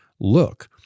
Look